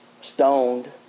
stoned